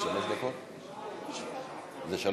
תודה.